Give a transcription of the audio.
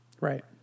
Right